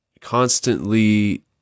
constantly